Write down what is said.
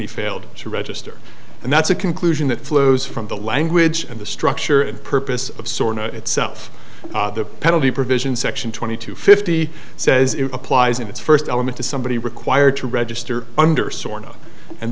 he failed to register and that's a conclusion that flows from the language and the structure and purpose of sort itself the penalty provisions section twenty two fifty says it applies in its first element to somebody required to register under sort of and